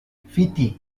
fiti